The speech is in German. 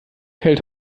hält